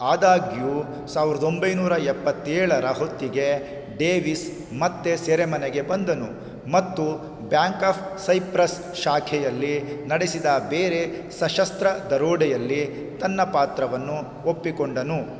ಆದಾಗಿಯೂ ಸಾವಿರ್ದ ಒಂಬೈನೂರ ಎಪ್ಪತ್ತ ಏಳರ ಹೊತ್ತಿಗೆ ಡೇವಿಸ್ ಮತ್ತೆ ಸೆರೆಮನೆಗೆ ಬಂದನು ಮತ್ತು ಬ್ಯಾಂಕ್ ಆಫ್ ಸೈಪ್ರಸ್ ಶಾಖೆಯಲ್ಲಿ ನಡೆಸಿದ ಬೇರೆ ಸಶಸ್ತ್ರ ದರೋಡೆಯಲ್ಲಿ ತನ್ನ ಪಾತ್ರವನ್ನು ಒಪ್ಪಿಕೊಂಡನು